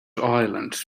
islands